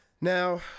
Now